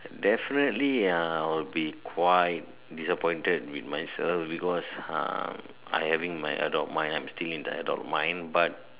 definitely ah I'll be quite disappointed with myself because ah I'm having my adult mind I'm still in the adult mind but